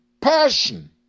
passion